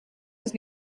was